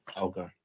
okay